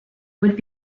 would